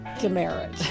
demerit